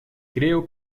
creo